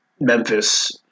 memphis